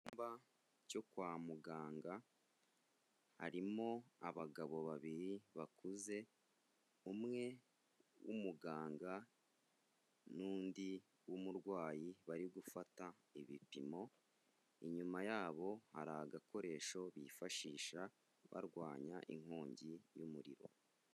Icyumba cyo kwa muganga harimo abagabo babiri bakuze, umwe w'umuganga n'undi w'umurwayi bari gufata ibipimo, inyuma yabo hari agakoresho bifashisha barwanya inkongi y'umuriro.